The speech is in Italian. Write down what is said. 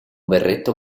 berretto